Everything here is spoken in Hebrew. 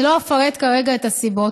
אני לא אפרט כרגע את הסיבות,